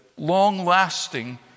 long-lasting